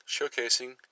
showcasing